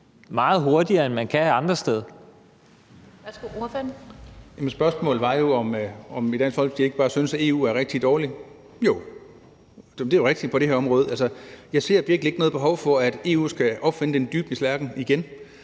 til ordføreren. Kl. 18:46 Dennis Flydtkjær (DF): Spørgsmålet var jo, om vi i Dansk Folkeparti ikke bare synes, at EU er rigtig dårlige, og jo, det er rigtigt på det her område. Jeg ser virkelig ikke noget behov for, at EU skal opfinde den dybe tallerken igen